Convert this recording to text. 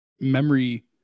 memory